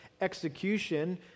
execution